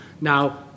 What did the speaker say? Now